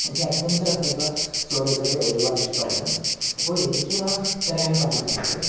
എനിക്ക് അഡ്വെൻച്ചറസ്സായിട്ടുള്ള സ്റ്റോറീസൊക്കെ ഒരുപാടിഷ്ടമാണ് അപ്പോൾ എനിക്കാ ഇത്രയാണ് പറയാനുള്ളത്